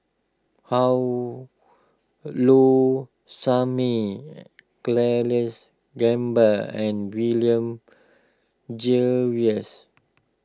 How Low Sanmay Charles Gamba and William Jervois